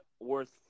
worth